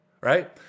right